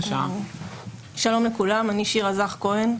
שלום לכולם, אני שירה זך כהן,